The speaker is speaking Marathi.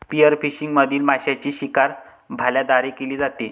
स्पीयरफिशिंग मधील माशांची शिकार भाल्यांद्वारे केली जाते